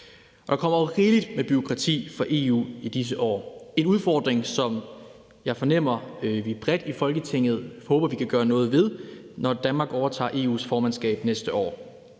og der kommer jo rigeligt med bureaukrati fra EU i disse år, en udfordring, som jeg også fornemmer vi bredt i Folketinget håber vi kan gøre noget ved, når Danmark overtager EU's formandskab næste år.